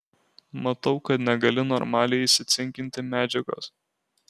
matau kad negali normaliai įsicinkinti medžiagos